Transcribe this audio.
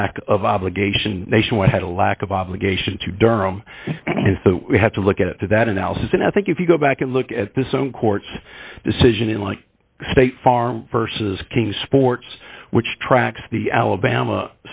lack of obligation nationwide a lack of obligation to durham and we have to look at that analysis and i think if you go back and look at the some court's decision in like state farm versus king sports which tracks the alabama